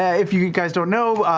ah if you guys don't know,